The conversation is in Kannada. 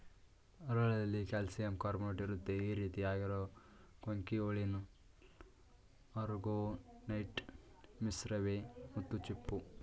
ಹರಳಲ್ಲಿ ಕಾಲ್ಶಿಯಂಕಾರ್ಬೊನೇಟ್ಇರುತ್ತೆ ಈರೀತಿ ಆಗಿರೋ ಕೊಂಕಿಯೊಲಿನ್ ಆರೊಗೊನೈಟ್ ಮಿಶ್ರವೇ ಮುತ್ತುಚಿಪ್ಪು